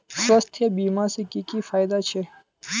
स्वास्थ्य बीमा से की की फायदा छे?